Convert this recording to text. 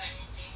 mmhmm